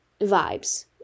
vibes